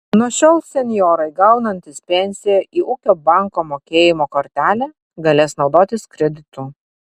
nuo šiol senjorai gaunantys pensiją į ūkio banko mokėjimo kortelę galės naudotis kreditu